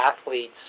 athletes